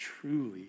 truly